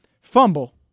fumble